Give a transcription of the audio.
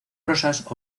rosas